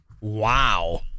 Wow